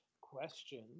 question